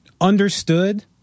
understood